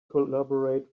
collaborate